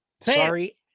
sorry